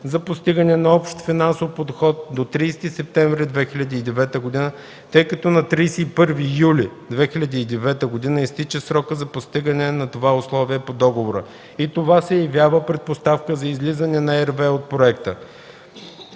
за постигане на общ финансов подход до 30 септември 2009 г., тъй като на 31 юли 2009 г. изтича срокът за постигане на това условие по договора и това се явява предпоставка за излизане на RWE от проекта.